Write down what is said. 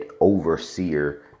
overseer